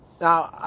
Now